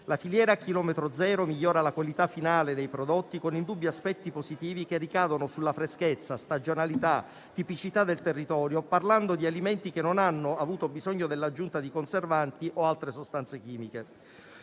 La filiera a chilometro zero migliora la qualità finale dei prodotti con indubbi aspetti positivi che ricadono sulla freschezza, stagionalità, tipicità del territorio, parlando di alimenti che non hanno avuto bisogno dell'aggiunta di conservanti e altre sostanze chimiche.